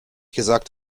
gesagt